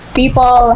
people